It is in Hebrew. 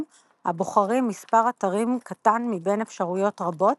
הבוחרים מספר אתרים קטן מבין אפשרויות רבות,